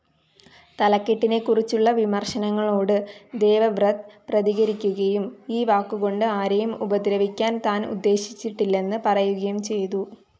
തലക്കെട്ടിനെ കുറിച്ചുള്ള വിമർശനങ്ങളോട് ദേവബ്രത് പ്രതികരിക്കുകയും ഈ വാക്കുകൊണ്ട് ആരെയും ഉപദ്രവിക്കാൻ താൻ ഉദ്ദേശിച്ചിട്ടില്ലെന്ന് പറയുകയും ചെയ്തു